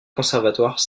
conservatoire